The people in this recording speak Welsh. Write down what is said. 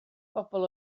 bobl